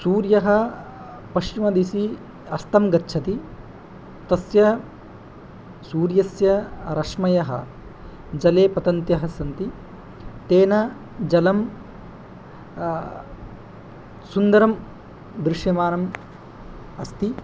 सूर्यः पश्चिमदिशि अस्तं गच्छति तस्य सूर्यस्य रश्मयः जले पतन्त्यः सन्ति तेन जलं सुन्दरं दृश्यमानम् अस्ति